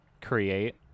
create